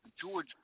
George